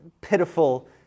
pitiful